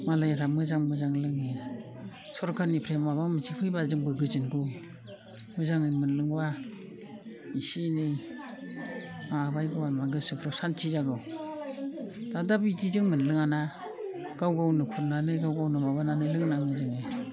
मालायफ्रा मोजां मोजां लोङो सरखारनिफ्राय माबा मोनसे फैब्ला जोंबो गोजोनगौ मोजाङै मोनलोंब्ला एसे एनै माबाबाय गोसोफ्रा सान्थि जागौ दाथ' जों बिदि जों मोनलोङा ना गाव गावनो खुरनानै गाव गावनो माबानानै लोंनाङो जोङो